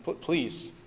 Please